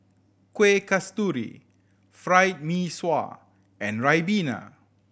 Kuih Kasturi Fried Mee Sua and ribena